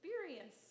experience